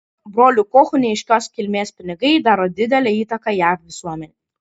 brolių kochų neaiškios kilmės pinigai daro didelę įtaką jav visuomenei